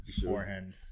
beforehand